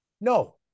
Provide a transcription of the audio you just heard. No